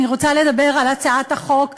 אני רוצה לדבר על הצעת החוק הנואלת,